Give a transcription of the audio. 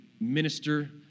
minister